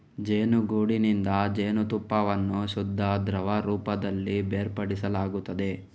ಜೇನುಗೂಡಿನಿಂದ ಜೇನುತುಪ್ಪವನ್ನು ಶುದ್ಧ ದ್ರವ ರೂಪದಲ್ಲಿ ಬೇರ್ಪಡಿಸಲಾಗುತ್ತದೆ